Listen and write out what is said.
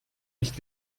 nicht